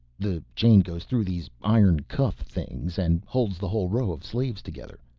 the chain goes through these iron cuff things and holds the whole row of slaves together,